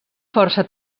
força